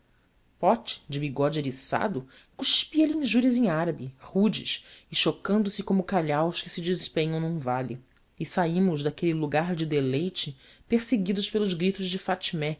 pote de bigode eriçado cuspia lhe injúrias em árabe rudes e chocando se como calhaus se despenham num vale e saímos daquele lugar de deleite perseguidos pelos gritos de fatmé